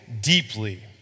deeply